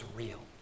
real